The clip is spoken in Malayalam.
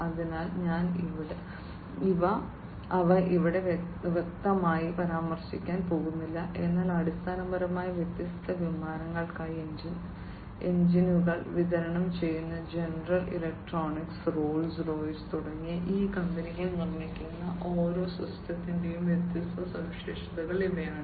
അതിനാൽ ഞാൻ അവ ഇവിടെ വ്യക്തമായി പരാമർശിക്കാൻ പോകുന്നില്ല എന്നാൽ അടിസ്ഥാനപരമായി വ്യത്യസ്ത വിമാനങ്ങൾക്കായി എഞ്ചിനുകൾ വിതരണം ചെയ്യുന്ന ജനറൽ ഇലക്ട്രിക് റോൾസ് റോയ്സ് തുടങ്ങിയ ഈ കമ്പനികൾ നിർമ്മിക്കുന്ന ഓരോ സിസ്റ്റത്തിന്റെയും വ്യത്യസ്ത സവിശേഷതകൾ ഇവയാണ്